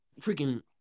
freaking